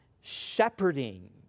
shepherding